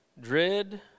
dread